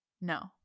No